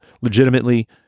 legitimately